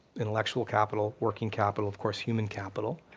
intellectual capital, working capital, of course human capital,